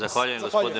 Zahvaljujem.